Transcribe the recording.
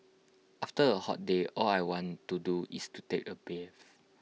after A hot day all I want to do is to take A bath